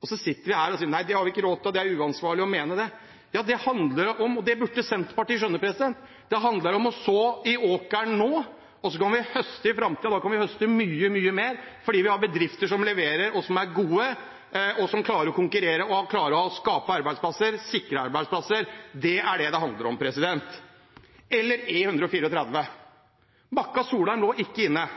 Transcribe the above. og så sitter vi her og sier: Nei, det har vi ikke råd til, og det er uansvarlig å mene det. Det handler om – og det burde Senterpartiet skjønne – å så i åkeren nå, og så kan vi høste i framtiden, og da kan vi høste mye, mye mer fordi vi har bedrifter som leverer, som er gode, som klarer å konkurrere, og som klarer å skape arbeidsplasser, sikre arbeidsplasser. Det er det det handler om. E134 Bakka–Solheim lå ikke inne.